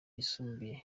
yisumbuye